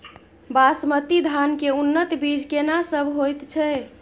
बासमती धान के उन्नत बीज केना सब होयत छै?